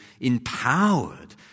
empowered